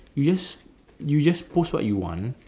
you just you just post what you want